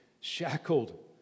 shackled